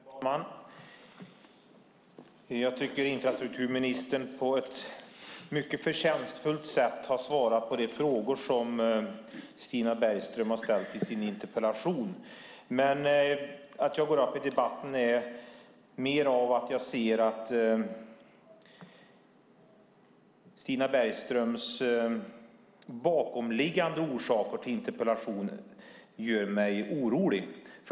Fru talman! Jag tycker att infrastrukturministern på ett mycket förtjänstfullt sätt har svarat på de frågor Stina Bergström har ställt i sin interpellation. Att jag går upp i debatten beror på att Stina Bergströms bakomliggande orsaker till interpellationen gör mig orolig.